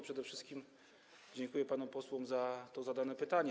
Przede wszystkim dziękuję panom posłom za to zadane pytanie.